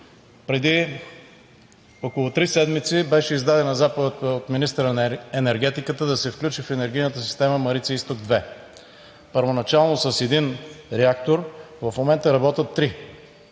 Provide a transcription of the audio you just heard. Преди около три седмици беше издадена заповед от министъра на енергетиката да се включи в енергийната система „Марица изток 2“ първоначално с един реактор, а в момента работят три.